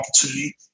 opportunity